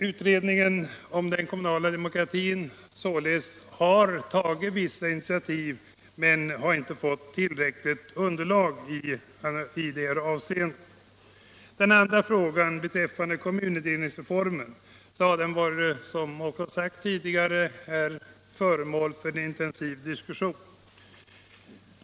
Utredningen om den kommunala demokratin har således tagit vissa initiativ men har inte fått tillräckligt underlag i det här avseendet. Kommunindelningsreformen har, som också sagts här tidigare, varit föremål för intensiv diskussion.